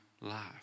life